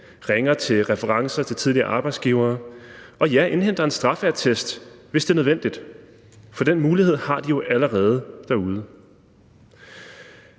ringer til referencer, til tidligere arbejdsgivere, og ja, indhenter en straffeattest, hvis det er nødvendigt. For den mulighed har de jo allerede derude.